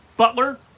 Butler